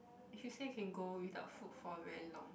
if you say you can go without food for a very long